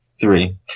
three